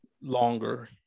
longer